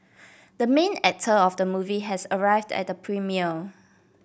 the main actor of the movie has arrived at the premiere